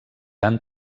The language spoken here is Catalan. han